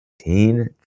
teen